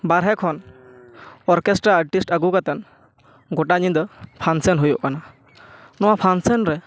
ᱵᱟᱨᱦᱮ ᱠᱷᱚᱱ ᱚᱨᱠᱮᱥᱴᱟᱨ ᱟᱴᱤᱥ ᱟ ᱜᱩ ᱠᱟᱛᱮᱜ ᱜᱚᱴᱟ ᱧᱤᱫᱟᱹ ᱯᱷᱟᱱᱥᱮᱱ ᱦᱩᱭᱩᱜ ᱠᱟᱱᱟ ᱱᱚᱣᱟ ᱯᱷᱟᱱᱥᱮᱱ ᱨᱮ